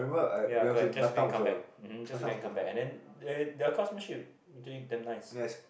ya correct just to go and come back um hmm just to go and come back and then they their craftsmanship actually damn nice